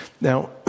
Now